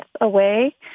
away